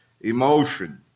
emotion